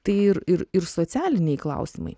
tai ir ir ir socialiniai klausimai